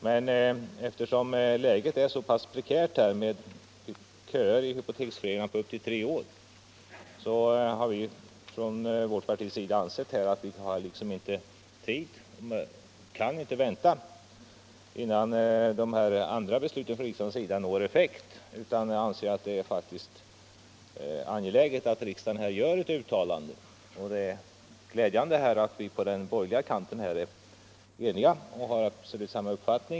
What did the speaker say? Men eftersom läget är så prekärt — det förekommer köer i hypoteksföreningarna på upp till tre år — har vårt parti ansett att vi inte kan vänta tills de andra besluten av riksdagen når effekt. Vi anser därför att det är angeläget att riksdagen gör ett uttalande. Det är glädjande att vi på den borgerliga kanten är eniga på denna punkt.